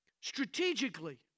strategically